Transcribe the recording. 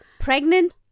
pregnant